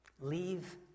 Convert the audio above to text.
Leave